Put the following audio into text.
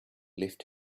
left